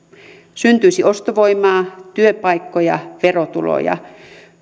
syntyisi ostovoimaa työpaikkoja verotuloja